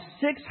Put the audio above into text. six